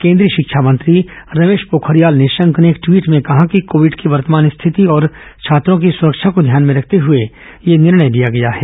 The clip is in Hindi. केंद्रीय शिक्षा मंत्री रमेश पोखरियाल निशंक ने एक ट्वीट में कहा कि कोविड की वर्तमान स्थिति और छात्रों की सुरक्षा को ध्यान में रखते हुए यह निर्णय लिया गया है